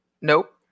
Nope